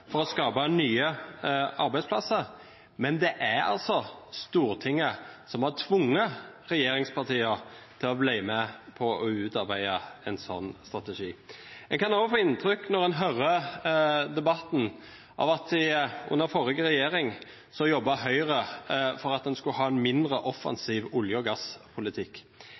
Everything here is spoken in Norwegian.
for å skape nye arbeidsplasser, men det er altså Stortinget som har tvunget regjeringspartiene til å bli med på å utarbeide en slik strategi. En kan også, når en hører debatten, få inntrykk av at under forrige regjering jobbet Høyre for at en skulle ha en mindre offensiv olje- og gasspolitikk.